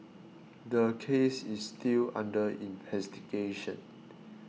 the case is still under investigation